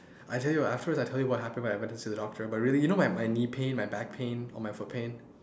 I tell you afterwards I tell you what happened when I went to see my doctor but really you know my my knee pain my back pain and my foot pain